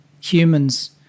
humans